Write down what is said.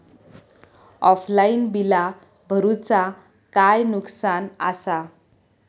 Offline बिला भरूचा काय नुकसान आसा?